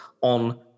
on